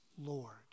Lord